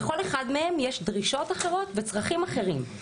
לכל אחד מהם יש דרישות אחרות וצרכים אחרים,